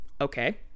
Okay